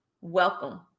Welcome